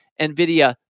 NVIDIA